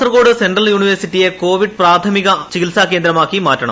Kasaragod central യൂണിവേഴ്സിറ്റിയെ Covid പ്രാഥമിക ചികിത്സാ കേന്ദ്രമാക്കി മാറ്റണം